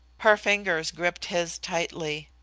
her fingers gripped his tightly.